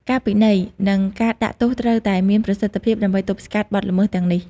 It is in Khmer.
ការពិន័យ និងការដាក់ទោសត្រូវតែមានប្រសិទ្ធភាព ដើម្បីទប់ស្កាត់បទល្មើសទាំងនេះ។